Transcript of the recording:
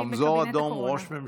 רמזור אדום, ראש ממשלה?